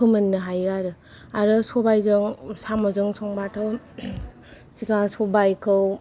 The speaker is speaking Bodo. फोमोननो हायो आरो आरो सबायजों साम'जों संबाथ' सिगां सबायखौ